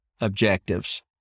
objectives